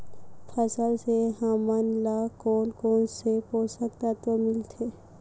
फसल से हमन ला कोन कोन से पोषक तत्व मिलथे?